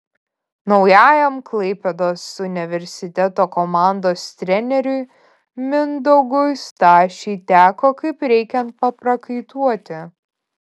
naujajam klaipėdos universiteto komandos treneriui mindaugui stašiui teko kaip reikiant paprakaituoti